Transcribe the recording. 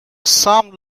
some